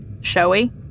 Showy